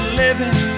living